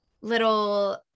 little